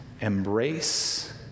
embrace